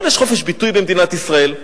אבל יש חופש ביטוי במדינת ישראל.